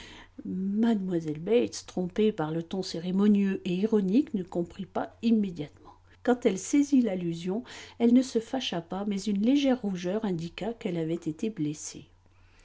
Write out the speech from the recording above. mlle bates trompée par le ton cérémonieux et ironique ne comprit pas immédiatement quand elle saisit l'allusion elle ne se fâcha pas mais une légère rougeur indiqua qu'elle avait été blessée